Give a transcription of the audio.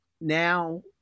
now